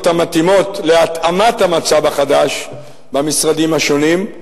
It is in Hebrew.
המתאימות להתאמת המצב החדש במשרדים השונים,